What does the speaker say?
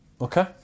Okay